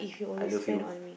I love you